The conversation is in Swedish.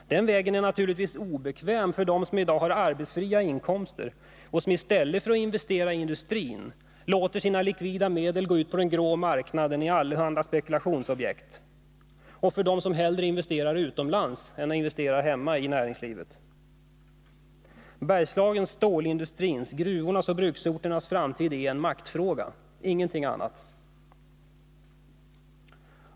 Den vägen är naturligtvis obekväm för dem som i dag har arbetsfria inkomster och som i stället för att investera i industrin låter sina likvida medel gå ut på den grå marknaden till allehanda spekulationsobjekt och för dem som hellre investerar utomlands än i näringslivet här hemma. Bergslagens, stålindustrins, gruvornas och bruksorternas framtid är en maktfråga, ingenting annat.